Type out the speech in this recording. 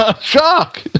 Shock